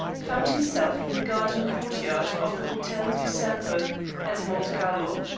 found himself in the garden courtyard of the hotel du cercle at monte carlo.